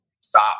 stop